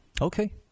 Okay